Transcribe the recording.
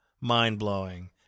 Mind-blowing